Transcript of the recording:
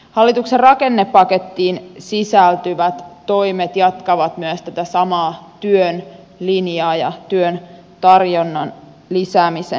hallituksen rakennepakettiin sisältyvät toimet jatkavat myös tätä samaa työn linjaa ja työn tarjonnan lisäämisen linjaa